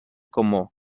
como